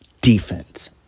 defense